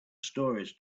stories